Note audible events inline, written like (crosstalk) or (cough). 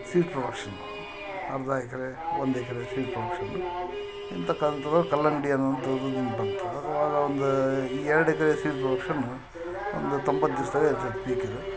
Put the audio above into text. seed production ಅರ್ಧ ಎಕರೆ ಒಂದು ಎಕರೆ ಸೀಡ್ ಪ್ರೊಡಕ್ಷನ್ನು ಇಂತ ಕಾಲ್ದೊಳಗೆ ಕಲ್ಲಂಗಡಿ ಅನ್ನುವಂತದ್ದು (unintelligible) ಬಂತು ಅದ್ರ ಒಳ್ಗೆ ಒಂದು ಎರಡು ಎಕರೆ ಸೀಡ್ಸ್ ಪ್ರೊಡಕ್ಷನ್ನು ಒಂದು ತೊಂಬತ್ತು ದಿವ್ಸ್ದಾಗೆ ಇರ್ತಿತ್ತು ಪೀಕಿಗೆ